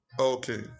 Okay